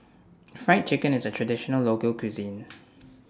Fried Chicken IS A Traditional Local Cuisine